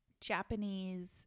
japanese